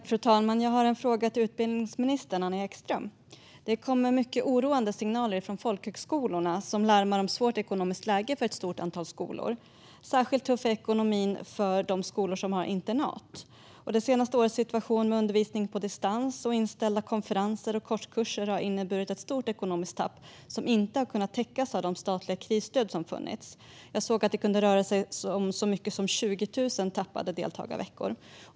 Fru talman! Jag har en fråga till utbildningsminister Anna Ekström. Det kommer mycket oroande signaler från folkhögskolorna som larmar om ett svårt ekonomiskt läge för ett stort antal skolor. Särskilt tuff är ekonomin för de skolor som har internat. Det senaste årets situation med undervisning på distans och inställda konferenser och kortkurser har inneburit ett stort ekonomiskt tapp som inte har kunnat täckas av de statliga krisstöd som har funnits. Det kan röra sig om så mycket som 20 000 förlorade deltagarveckor.